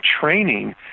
training